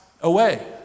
away